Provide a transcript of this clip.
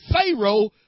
Pharaoh